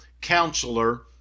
Counselor